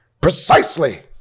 Precisely